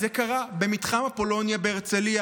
אז זה קרה במתחם אפולוניה בהרצליה,